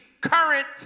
current